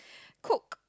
cook